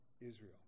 Israel